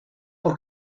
por